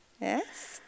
Yes